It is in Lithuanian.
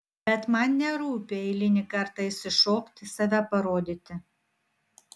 bet man nerūpi eilinį kartą išsišokti save parodyti